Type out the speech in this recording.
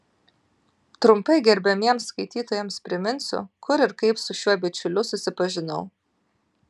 trumpai gerbiamiems skaitytojams priminsiu kur ir kaip su šiuo bičiuliu susipažinau